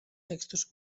textos